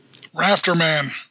Rafterman